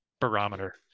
barometer